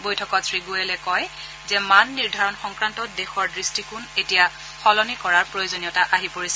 বৈঠকত শ্ৰীগোৱেলে কয় যে মান নিৰ্দাৰণ সংক্ৰান্তত দেশৰ দৃষ্টিকোণ এতিয়া সলনি কৰাৰ প্ৰয়োজনীয়তা আহি পৰিছে